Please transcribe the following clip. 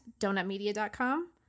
donutmedia.com